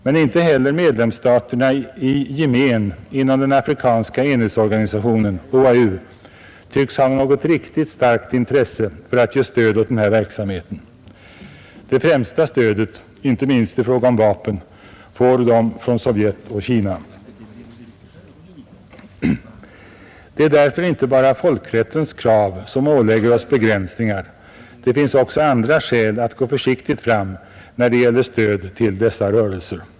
Men inte heller medlemsstaterna i gemen inom den afrikanska enhetsorganisationen OAU tycks ha något riktigt starkt intresse för att ge stöd åt den här verksamheten. Det främsta stödet — inte minst i fråga om vapen — får de från Sovjet och Kina. Det är därför inte bara folkrättens krav som ålägger oss begränsningar. Det finns också andra skäl att gå försiktigt fram när det gäller stöd till dessa rörelser.